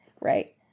right